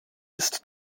ist